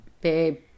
Babe